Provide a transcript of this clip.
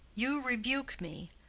you rebuke me.